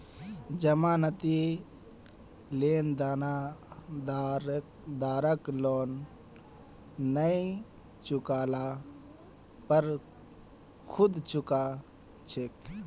जमानती लेनदारक लोन नई चुका ल पर खुद चुका छेक